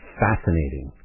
fascinating